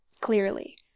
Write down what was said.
clearly